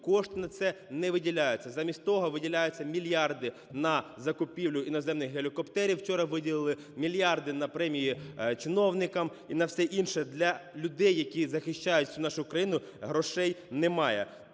кошти на це не виділяються. Замість того виділяються мільярди на закупівлю іноземних гелікоптерів, вчора виділили, мільярди на премії чиновникам і на все інше. Для людей, які захищають нашу країну, грошей немає.